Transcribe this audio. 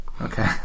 Okay